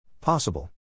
possible